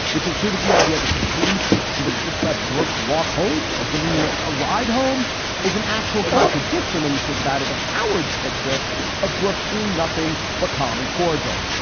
which included the idea that the police should have just let brooks walk home or give him a ah ride home is an actual contradiction when you think about it, of howard's picture of brooks being nothing but calm and cordial.